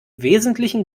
wesentlichen